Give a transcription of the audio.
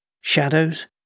Shadows